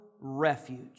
refuge